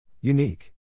Unique